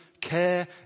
care